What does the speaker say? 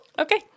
Okay